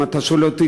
אם אתה שואל אותי,